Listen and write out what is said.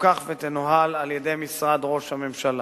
ותפוקח ותנוהל על-ידי משרד ראש הממשלה.